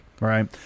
right